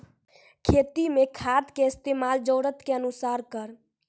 खेती मे खाद के इस्तेमाल जरूरत के अनुसार करऽ